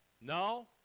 No